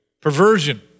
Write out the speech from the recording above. perversion